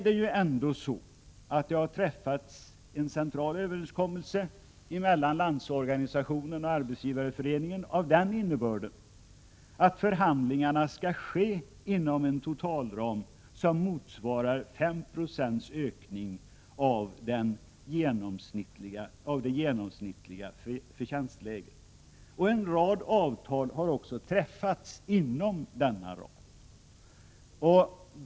Det har ju träffats en central överenskommelse mellan Landsorganisationen och Arbetsgivareföreningen som innebär att förhandlingarna skall ske inom en totalram som motsvarar 5 96 ökning av det genomsnittliga förtjänstläget. En rad avtal har också träffats inom denna ram.